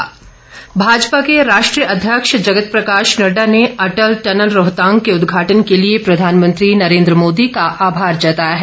नड़डा प्रतिक्रिया भाजपा के राष्ट्रीय अध्यक्ष जगत प्रकाश नड्डा ने अटल टनल रोहतांग के उद्घाटन के लिए प्रधानमंत्री नरेन्द्र मोदी का आमार जताया है